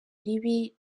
ribi